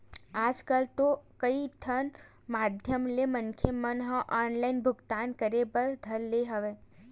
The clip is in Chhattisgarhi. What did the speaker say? आजकल तो कई ठन माधियम ले मनखे मन ह ऑनलाइन भुगतान करे बर धर ले हवय